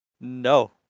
no